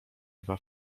dwa